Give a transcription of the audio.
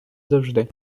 завжди